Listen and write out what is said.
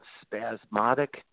spasmodic